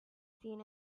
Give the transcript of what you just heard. seen